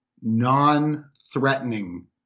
non-threatening